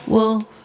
Wolf